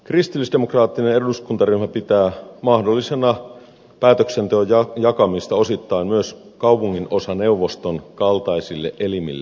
kristillisdemokraattinen eduskuntaryhmä pitää mahdollisena päätöksenteon jakamista osittain myös kaupunginosaneuvoston kaltaisille elimille